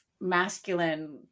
masculine